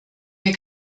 mir